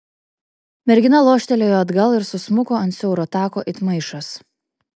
mergina loštelėjo atgal ir susmuko ant siauro tako it maišas